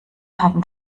haben